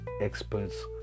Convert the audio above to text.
experts